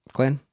Glenn